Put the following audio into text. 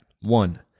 One